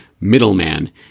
middleman